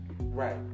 right